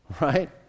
Right